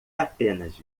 apenas